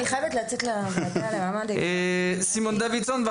חבר הכנסת סימון דוידסון,